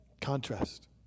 Contrast